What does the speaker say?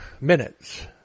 minutes